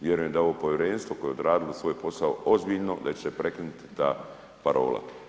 Vjerujem da ovo Povjerenstvo koje je odradilo svoj posao ozbiljno, da će se prekinuti ta parola.